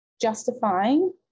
justifying